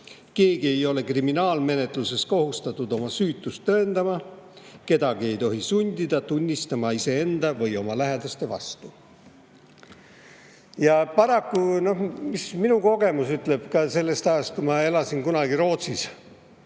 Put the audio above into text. Keegi ei ole kriminaalmenetluses kohustatud oma süütust tõendama. Kedagi ei tohi sundida tunnistama iseenda või oma lähedaste vastu."Paraku, nagu ka minu kogemus ütleb sellest ajast, kui ma elasin kunagi Rootsis,